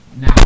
now